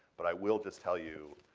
but i will just tell you,